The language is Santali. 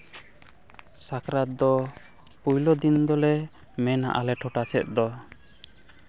ᱥᱟᱠᱨᱟᱛ ᱫᱚ ᱯᱳᱭᱞᱳ ᱫᱤᱱ ᱫᱚᱞᱮ ᱢᱮᱱᱟ ᱟᱞᱮ ᱴᱚᱴᱷᱟ ᱥᱮᱫ ᱫᱚ